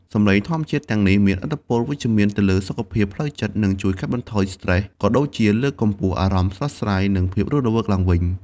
សំឡេងធម្មជាតិទាំងនេះមានឥទ្ធិពលវិជ្ជមានទៅលើសុខភាពផ្លូវចិត្ត និងជួយកាត់បន្ថយស្ត្រេស ក៏ដូចជាលើកកម្ពស់អារម្មណ៍ស្រស់ស្រាយ និងភាពរស់រវើកឡើងវិញ។